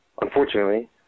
unfortunately